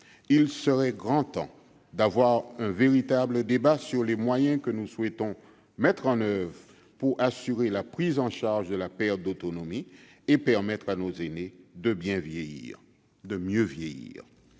Il serait grand temps d'avoir un véritable débat sur les moyens que nous souhaitons mettre en oeuvre pour assurer la prise en charge de la perte d'autonomie et pour permettre à nos aînés de bien vieillir, de mieux vieillir.